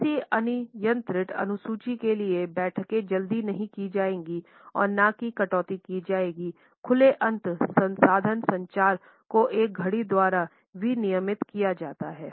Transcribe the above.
किसी अनियंत्रित अनुसूची के लिए बैठकें जल्दी नहीं की जाएंगी और न ही कटौती की जाएंगी खुले अंत संसाधन संचार को एक घड़ी द्वारा विनियमित नहीं किया जाता है